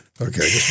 Okay